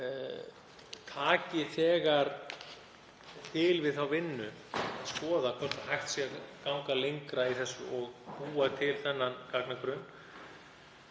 taki þegar til við þá vinnu að skoða hvort hægt sé að ganga lengra í þessu og búa til þennan gagnagrunn.